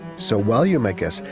so while you're my guest,